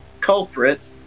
culprit